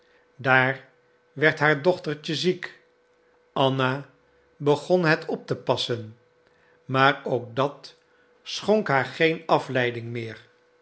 daar werd haar dochtertje ziek anna begon het op te passen maar ook dat schonk haar geen afleiding meer